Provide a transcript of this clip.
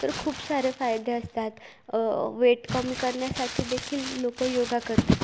तर खूप सारे फायदे असतात वेट कमी करण्यासाठी देखील लोक योगा करतात